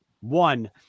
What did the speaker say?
one